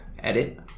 edit